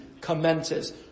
commences